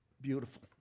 beautiful